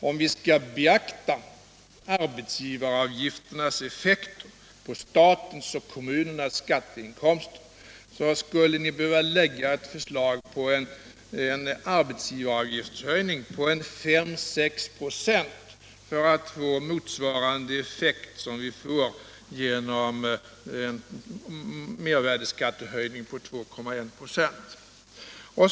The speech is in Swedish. Om ni beaktade arbetsgivaravgifternas effekt på statens och kommunernas skatteinkomster så skulle ni behöva föreslå en höjning av arbetsgivaravgiften på 5-6 96 för att få samma effekt som vi får genom en mervärdeskattehöjning på 2,1 96.